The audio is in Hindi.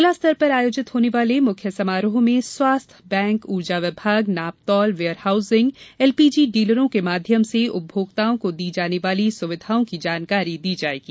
जिला स्तर पर आयोजित होने वाले मुख्य समारोह में स्वास्थ्य लीड़ बैंक ऊर्जा विभाग नापतौल वेयर हाउसिंग एलपीजी डीलरों के माध्यम से उपभोक्ताओं को दी जाने वाली सुविधाओं की जानकारी दी जाएगी